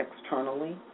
externally